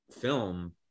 film